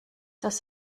das